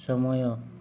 ସମୟ